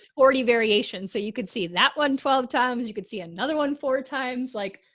already variation. so you could see that one twelve times. you could see another one four times like,